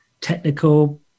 technical